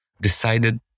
decided